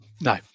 No